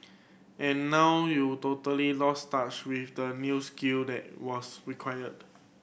and now you've totally lost touch with the new skill that was required